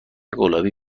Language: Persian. گلابی